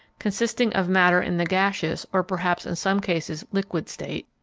consisting of matter in the gaseous, or perhaps, in some cases, liquid, state,